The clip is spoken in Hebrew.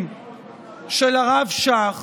של הרב שך